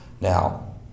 Now